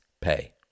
pay